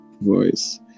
voice